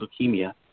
leukemia